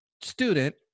student